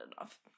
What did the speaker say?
enough